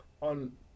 on